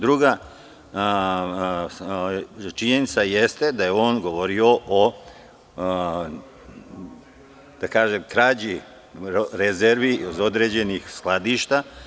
Drugo, činjenica jeste da je govorio o krađi rezervi iz određenih skladišta.